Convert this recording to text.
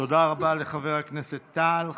תודה רבה לחבר הכנסת טל.